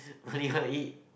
what you want to eat